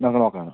ഞങ്ങള് നോക്കാനാ